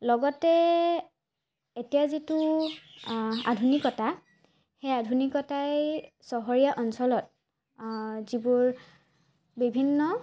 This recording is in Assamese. লগতে এতিয়া যিটো আধুনিকতা সেই আধুনিকতাই চহৰীয়া অঞ্চলত যিবোৰ বিভিন্ন